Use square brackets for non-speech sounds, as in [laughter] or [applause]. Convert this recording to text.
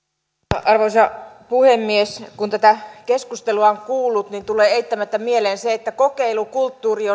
arvoisa puhemies kun tätä keskustelua on kuullut niin tulee eittämättä mieleen että kokeilukulttuuri [unintelligible]